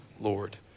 Lord